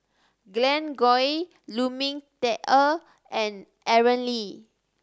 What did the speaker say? Glen Goei Lu Ming Teh Earl and Aaron Lee